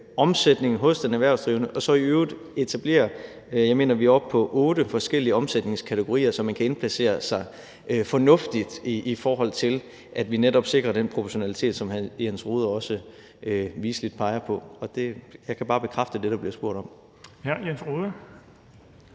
omsætningen hos den erhvervsdrivende og så i øvrigt etablerer otte forskellige omsætningskategorier, mener jeg vi er oppe på – så kan man indplacere sig fornuftigt, i forhold til at vi netop sikrer den proportionalitet, som hr. Jens Rohde viseligt peger på. Så jeg kan bare bekræfte det, der bliver spurgt om. Kl. 14:39 Den